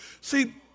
See